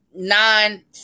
Nine